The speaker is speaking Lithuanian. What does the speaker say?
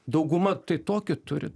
dauguma tai tokį turi